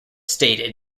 stated